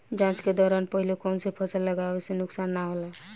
जाँच के दौरान पहिले कौन से फसल लगावे से नुकसान न होला?